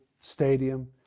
stadium